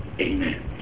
Amen